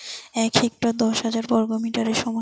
এক হেক্টর দশ হাজার বর্গমিটারের সমান